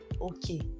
Okay